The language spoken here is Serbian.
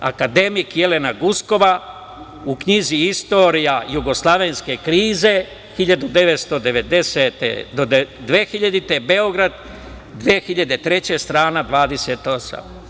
Akademik Jelena Guskova, u knjizi „Istorija jugoslavenske krize 1990. do 2000.“Beograd, 2003. godine, strana 28.